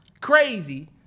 Crazy